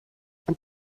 und